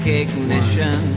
ignition